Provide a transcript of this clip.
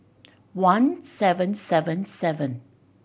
one seven seven seven